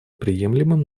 приемлемым